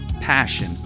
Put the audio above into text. passion